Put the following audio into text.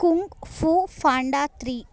Kung Fu Panda three